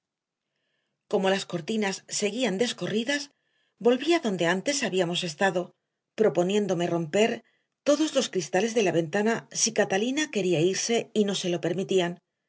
como las cortinas seguían descorridas volví a donde antes habíamos estado proponiéndome romper todos los cristales de la ventana si catalina quería irse y no se lo permitían